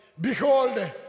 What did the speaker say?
behold